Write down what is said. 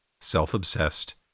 self-obsessed